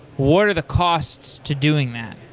what are the costs to doing that?